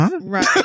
Right